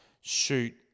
shoot